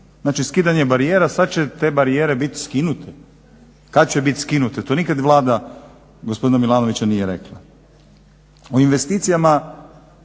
Znači skidanje barijera, sad će te barijere bit skinute. Kad će bit skinute? To nikad Vlada gospodina Milanovića nije rekla. O investicijama